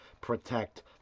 protect